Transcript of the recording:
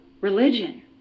religion